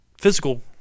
physical